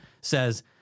says